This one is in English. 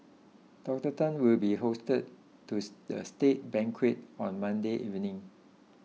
Doctor Tan will be hosted to a state banquet on Monday evening